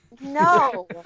No